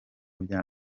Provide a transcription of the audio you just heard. bya